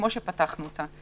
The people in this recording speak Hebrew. כמו שפתחנו אותה,